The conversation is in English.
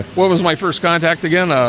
what was my first contact again?